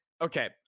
okay